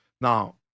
Now